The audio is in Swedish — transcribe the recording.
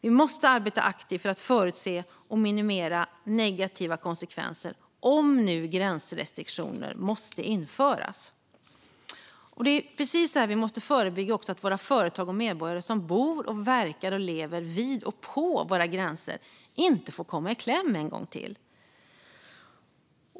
Vi måste arbeta aktivt för att förutse och minimera negativa konsekvenser om nu gränsrestriktioner måste införas, just för att vi måste förebygga att våra företag och medborgare som bor, verkar och lever vid och på våra gränser kommer i kläm. Det får inte ske en gång till.